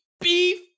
beef